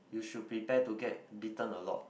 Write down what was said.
you should prepare to get bitten a lot